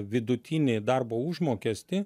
vidutinį darbo užmokestį